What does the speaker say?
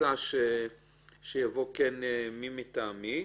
שיבוא מי מטעמי.